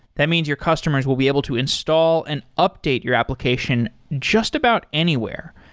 that means your customers will be able to install and update your application just about anywhere.